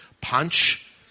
Punch